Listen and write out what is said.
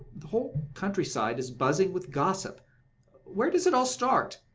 the whole countryside is buzzing with gossip where does it all start?